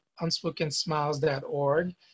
unspokensmiles.org